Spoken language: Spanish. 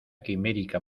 quimérica